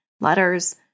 letters